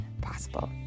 possible